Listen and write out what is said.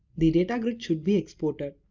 the data grid should be exported.